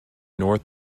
north